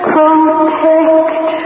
Protect